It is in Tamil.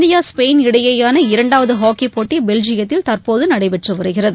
இந்தியா ஸ்பெயின் இடையேயான இரண்டாவது ஹாக்கிப் போட்டி பெல்ஜியத்தில் தற்போது நடைபெற்று வருகிறது